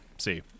see